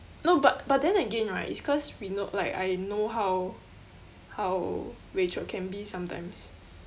no but but then again right it's cause we know like I know how how rachel can be sometimes